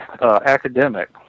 academic